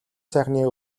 сайхны